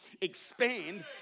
expand